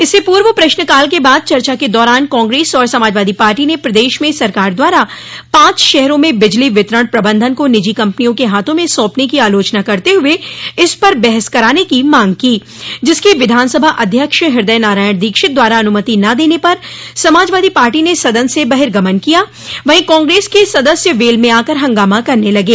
इससे पूर्व प्रश्नकाल के बाद चर्चा के दौरान कांग्रेस और समाजवादी पार्टी ने प्रदेश में सरकार द्वारा पांच शहरों में बिजली वितरण प्रबंधन को निजी कम्पनियों के हाथों में सौंपने की आलोचना करते हुए इस पर बहस कराने की मांग की जिसकी विधानसभा अध्यक्ष हृदय नारायण दीक्षित द्वारा अनूमति न देने पर समाजवादी पार्टी ने सदन से बर्हिगमन किया वहीं कांग्रेस के सदस्य वेल में आकर हंगामा करने लगे